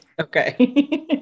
Okay